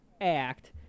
act